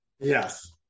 yes